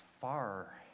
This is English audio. far